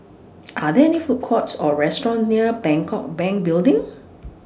Are There Food Courts Or restaurants near Bangkok Bank Building